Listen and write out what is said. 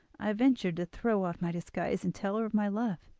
i ventured to throw off my disguise, and tell her of my love.